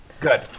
Good